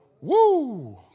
Woo